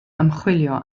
ymchwilio